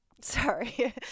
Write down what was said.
Sorry